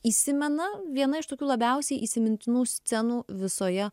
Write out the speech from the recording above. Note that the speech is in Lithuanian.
įsimena viena iš tokių labiausiai įsimintinų scenų visoje